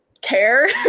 care